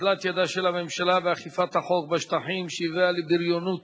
אוזלת ידה של הממשלה באכיפת החוק בשטחים שהביאה לבריונות